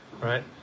right